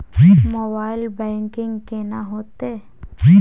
Mobile banking केना हेते?